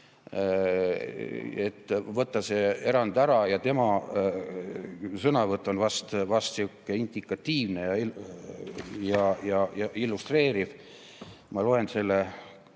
võtta see erand ära. Tema sõnavõtt on vast sihuke indikatiivne ja illustreeriv. Ma loen selle